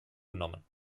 genommen